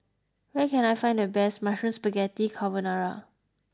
where can I find the best Mushroom Spaghetti Carbonara